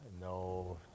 no